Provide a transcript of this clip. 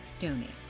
donate